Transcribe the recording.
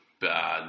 bad